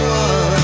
one